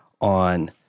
on